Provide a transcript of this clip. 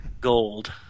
gold